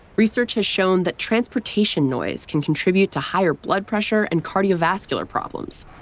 research has shown that transportation noise can contribute to higher blood pressure and cardiovascular problems.